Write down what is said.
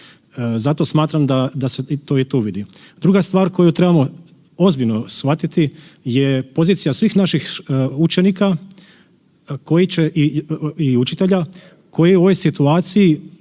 Zato smatram da se i tu vidi. Druga stvar koju trebamo ozbiljno shvatiti je pozicija svih naših učenika koji će i učitelja, koji u ovoj situaciji